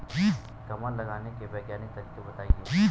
कमल लगाने के वैज्ञानिक तरीके बताएं?